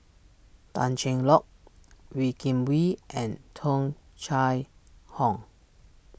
Tan Cheng Lock Wee Kim Wee and Tung Chye Hong